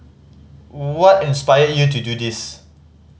what inspired you to do this